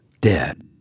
dead